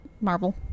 Marvel